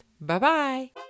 Bye-bye